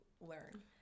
learn